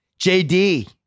JD